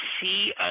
see